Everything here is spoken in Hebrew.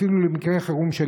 אפילו למקרה חירום.